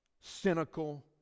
cynical